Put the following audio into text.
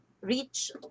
reach